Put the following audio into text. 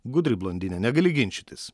gudri blondinė negali ginčytis